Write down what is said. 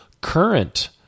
current